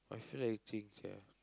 I feel like eating sia